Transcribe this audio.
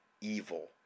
evil